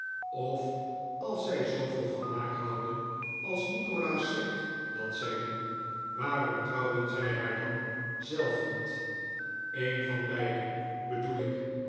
of als zij zooveel van haar houden als nikolaas zegi dat zij doen waarom trouwen zij haar dan zelf niet een van beiden bedoel ik